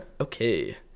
okay